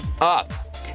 up